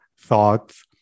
thoughts